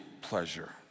pleasure